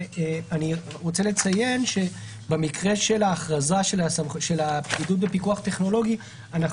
אני רוצה לציין שבמקרה של ההכרזה של הבידוד בפיקוח טכנולוגי אנחנו